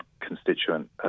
constituent